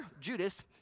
Judas